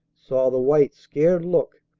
saw the white, scared look,